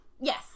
Yes